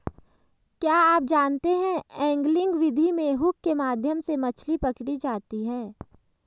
क्या आप जानते है एंगलिंग विधि में हुक के माध्यम से मछली पकड़ी जाती है